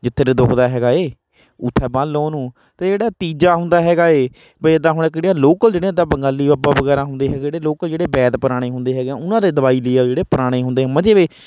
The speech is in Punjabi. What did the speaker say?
ਜਿੱਥੇ ਜੇ ਦੁੱਖਦਾ ਹੈਗਾ ਹੈ ਉੱਥੇ ਬੰਨ੍ਹ ਲਉ ਉਹਨੂੰ ਅਤੇ ਜਿਹੜਾ ਤੀਜਾ ਹੁੰਦਾ ਹੈਗਾ ਹੈ ਵੀ ਜਿੱਦਾਂ ਹੁਣ ਕਿਹੜੀਆਂ ਲੋਕਲ ਜਿਹੜੀਆਂ ਜਿੱਦਾਂ ਬੰਗਾਲੀ ਬਾਬਾ ਵਗੈਰਾ ਹੁੰਦੇ ਹੈ ਜਿਹੜੇ ਲੋਕਲ ਜਿਹੜੇ ਵੈਦ ਪੁਰਾਣੇ ਹੁੰਦੇ ਹੈਗੇ ਉਹਨਾਂ ਦੇ ਦਵਾਈ ਲਈ ਜਿਹੜੇ ਪੁਰਾਣੇ ਹੁੰਦੇ ਆ ਮੰਜੇ ਹੋਏ